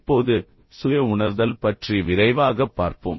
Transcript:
இப்போது சுய உணர்தல் பற்றி விரைவாகப் பார்ப்போம்